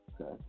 Okay